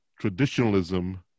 traditionalism